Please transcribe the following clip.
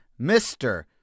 Mr